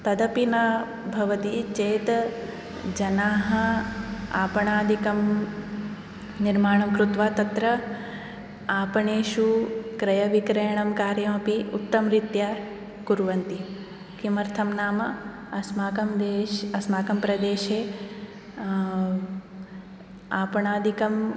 तदपि न भवति चेत् जनाः आपणादिकं निर्माणं कृत्वा तत्र आपणेषु क्रयविक्रयणं कार्यम् अपि उत्तमरीत्या कुर्वन्ति किमर्थं नाम अस्माकं देश् अस्माकं प्रदेशे आपणादिकं